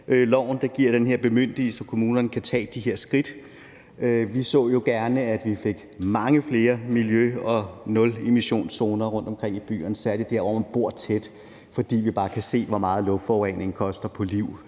lov, der giver den her bemyndigelse, så kommunerne kan tage de her skridt. Vi så jo gerne, at vi fik mange flere miljø- og nulemissionszoner rundtomkring i byerne, særlig der, hvor man bor tæt, fordi vi bare kan se, hvor meget luftforureningen koster af liv